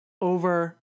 over